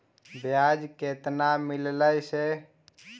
बियाज केतना मिललय से?